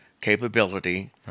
capability